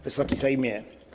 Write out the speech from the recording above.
Wysoki Sejmie!